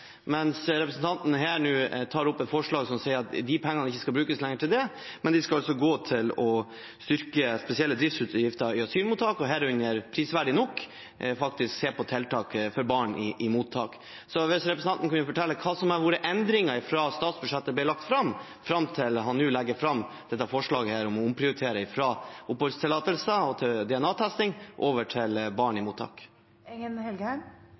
representanten her nå tar opp et forslag som sier at de pengene ikke skal brukes til det lenger. De skal gå til å styrke spesielle driftsutgifter i asylmottak og herunder – prisverdig nok – faktisk til å se på tiltak for barn i mottak. Så jeg vil gjerne at representanten forteller hva som har vært endringene fra statsbudsjettet ble lagt fram, til han nå legger fram dette forslaget om å omprioritere fra oppholdstillatelser og DNA-testing over til barn i